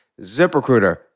ZipRecruiter